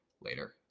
later